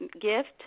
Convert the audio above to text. gift